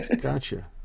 Gotcha